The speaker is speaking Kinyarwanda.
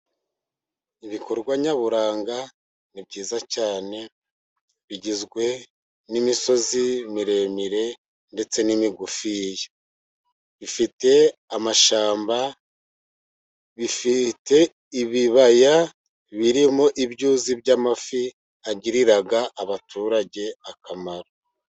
Ibikorwa nyaburanga ni byiza cyane bigizwe n'imisozi miremire ndetse n'imigufi, ifite amashyamba, bifite ibibaya birimo ibyuzi by'amafi agirira abaturage akamaro.